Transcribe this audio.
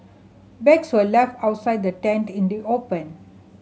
bags were left outside the tent in the open